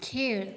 खेळ